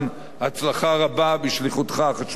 הצלחה רבה בשליחותך החשובה הזאת.